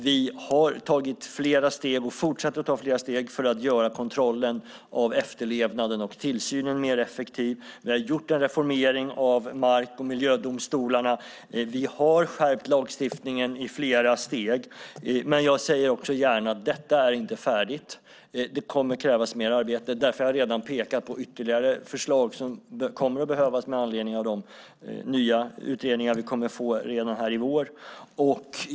Vi har tagit flera steg och fortsätter att ta flera steg för att göra kontrollen av efterlevnaden och tillsynen mer effektiv. Vi har gjort en reformering av mark och miljödomstolarna. Vi har skärpt lagstiftningen i flera steg. Men jag säger också gärna: Detta är inte färdigt. Det kommer att krävas mer arbete. Därför har jag redan pekat på ytterligare förslag som kommer att behövas med anledning av de nya utredningar vi får i vår.